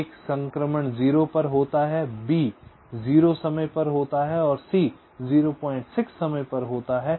A एक संक्रमण 0 समय पर होता है बी 0 समय पर पर होता है और सी 06 समय पर होता है